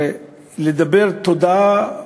הרי לומר תודה,